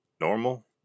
normal